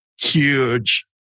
huge